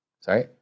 Sorry